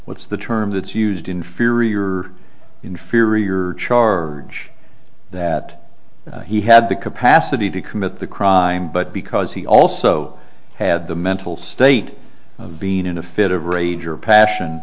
what's the term that's used inferior inferior char which that he had the capacity to commit the crime but because he also had the mental state of being in a fit of rage or passion